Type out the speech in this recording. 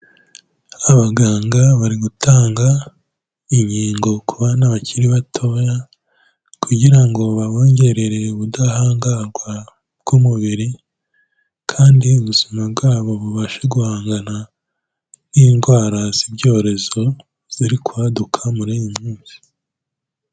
Abaganga bari gutanga inkingo ku bana bakiri bato kugirango babongerere ubudahangarwa bw'umubiri, kandi ubuzima bwabo bubashe guhangana n'indwara z'ibyorezo ziri kwaduka muri iyi minsi.